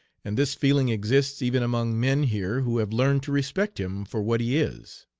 and this feeling exists even among men here who have learned to respect him for what he is.